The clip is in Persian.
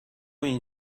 این